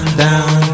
down